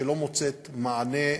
שלא מוצאת מענה,